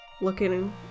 looking